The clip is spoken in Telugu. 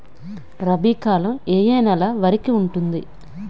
రబీ కాలం ఏ ఏ నెల వరికి ఉంటుంది?